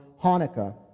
Hanukkah